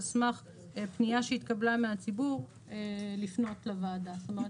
סמך פנייה שהתקבלה מהציבור לפנות לוועדה." זאת אומרת,